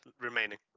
remaining